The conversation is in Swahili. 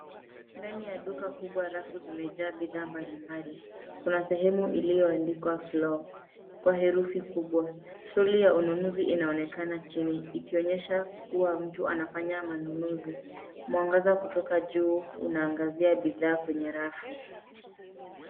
Ndani ya duka kubwa rafu zimejaa bidhaa mbalimbali. Kuna sehemu iliyoandikwa floor kwa herufi kubwa. Troli ya ununuzi inaonekana chini ikionyesha kuwa mtu anafanya manunuzi. Mwangaza kutoka juu unaangazia bidhaa kwenye rafu.